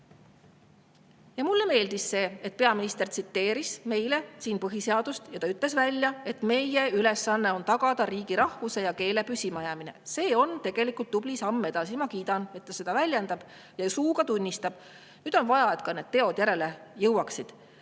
[asemel].Mulle meeldis see, et peaminister tsiteeris meile põhiseadust ja ütles välja, et meie ülesanne on tagada riigi, rahvuse ja keele püsimajäämine. See on tegelikult tubli samm edasi. Ma kiidan, et ta seda väljendab ja suuga tunnistab. Nüüd on vaja, et ka teod järele jõuaksid.